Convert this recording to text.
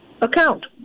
account